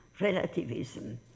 relativism